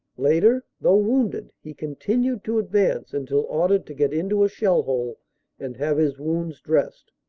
later, though wounded, he continued to advance until ordered to get into a shell-hole and have his wounds dressed.